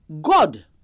God